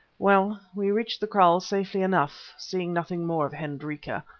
well, we reached the kraals safely enough, seeing nothing more of hendrika,